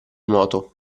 nuoto